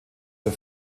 der